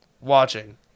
watching